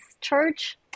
church